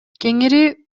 кеңири